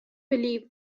believe